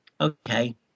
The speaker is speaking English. Okay